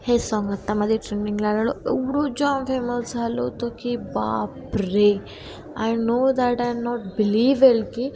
हे सॉंग आता मध्ये ट्रेंडिंगला आलेलो एवढं जाम फेमस झालं होतं की बापरे I know that I not believe की